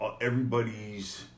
everybody's